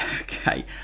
Okay